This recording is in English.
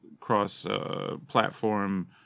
cross-platform